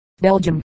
Belgium